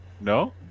No